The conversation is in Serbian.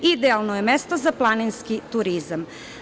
Idealno je mesto za planinski turizam.